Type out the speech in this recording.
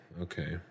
Okay